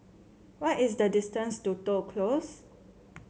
what is the distance to Toh Close